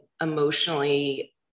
emotionally